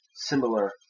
similar